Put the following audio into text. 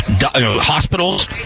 hospitals